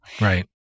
Right